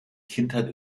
kindheit